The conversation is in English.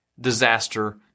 disaster